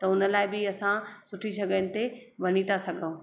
उन लाइ बि असां सुठी जॻहनि ते वञी था सघूं